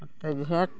ᱱᱚᱛᱮ ᱡᱷᱮᱴ